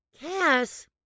Cass